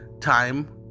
Time